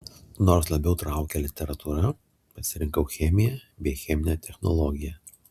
nors labiau traukė literatūra pasirinkau chemiją bei cheminę technologiją